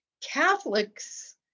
Catholics